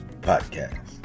Podcast